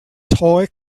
toy